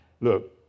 look